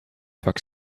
vak